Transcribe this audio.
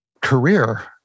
career